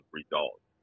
results